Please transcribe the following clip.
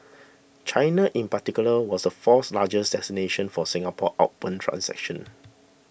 China in particular was the fourth largest destination for Singapore outbound transactions